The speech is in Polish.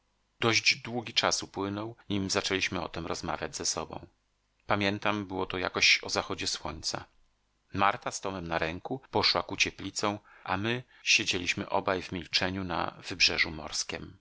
dość długi czas upłynął nim zaczęliśmy o tem rozmawiać ze sobą pamiętam było to jakoś o zachodzie słońca marta z tomem na ręku poszła ku cieplicom a my siedzieliśmy obaj w milczeniu na wybrzeżu morskiem